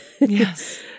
Yes